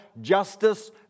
justice